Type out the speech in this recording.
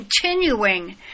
continuing